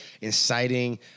inciting